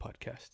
podcast